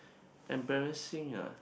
embarrassing yea